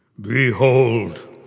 Behold